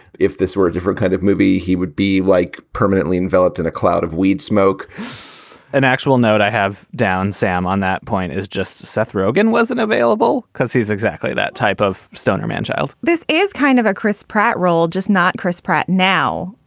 if this were a different kind of movie, he would be like permanently enveloped in a cloud of weed smoke an actual note i have down sam on that point is just seth rogen wasn't available because he's exactly that type of stoner manchild this is kind of a chris pratt role, just not chris pratt. now,